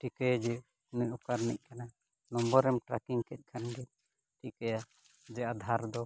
ᱴᱷᱤᱠᱟᱹᱭᱟ ᱡᱮ ᱱᱩᱭ ᱚᱠᱟᱨᱮᱱᱤᱡ ᱠᱟᱱᱟᱭ ᱱᱚᱢᱵᱚᱨᱮᱢ ᱴᱨᱟᱠᱤᱝ ᱠᱮᱫ ᱠᱷᱟᱱ ᱜᱮ ᱴᱷᱤᱠᱟᱹᱭᱟ ᱡᱮ ᱟᱫᱷᱟᱨ ᱫᱚ